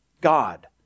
God